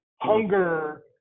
hunger